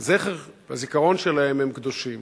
הזיכרון שלהם, הם קדושים.